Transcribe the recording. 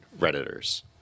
Redditors